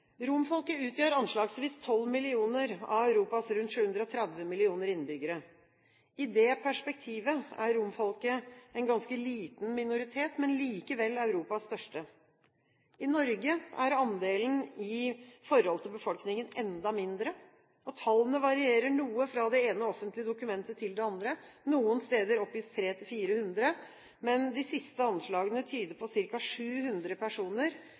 Romfolket utgjør anslagsvis 12 millioner av Europas rundt 730 millioner innbyggere. I det perspektivet er romfolket en ganske liten minoritet, men likevel Europas største. I Norge er andelen i forhold til befolkningen enda mindre. Tallene varierer noe fra det ene offentlige dokumentet til det andre. Noen steder oppgis 300–400, men de siste anslagene tyder på ca. 700 personer,